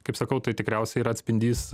kaip sakau tai tikriausiai yra atspindys